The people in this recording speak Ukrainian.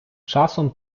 часом